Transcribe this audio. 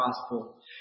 gospel